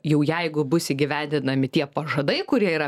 jau jeigu bus įgyvendinami tie pažadai kurie yra